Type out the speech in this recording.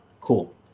Cool